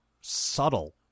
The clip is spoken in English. subtle